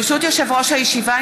ברשות יושב-ראש הישיבה,